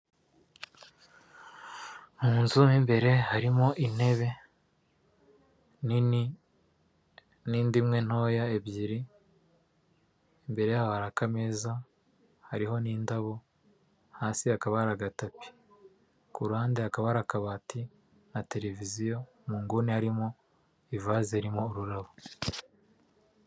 Mu nzu mo imbere harimo intebe nini, n'indi imwe ntoya ebyiri, imbere yaho hari akameza hariho n'indabo, hasi hakaba hari agatapi. Ku ruhande hakaba hari akabati na televiziyo, mu nguni harimo ivaze irimo ururabo.